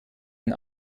ein